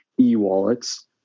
e-wallets